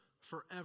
forever